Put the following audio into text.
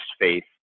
faith